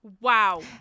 Wow